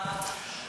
תודה רבה.